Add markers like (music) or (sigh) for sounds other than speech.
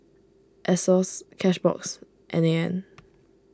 Asos Cashbox N A N (noise)